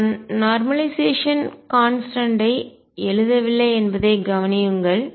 நான் normalisation constant ஐ தரநிலை மாறிலி எழுதவில்லை என்பதைக் கவனியுங்கள்